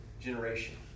generation